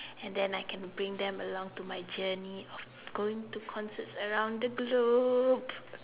and then I can bring them along to my journey of going to concerts around the globe